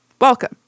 Welcome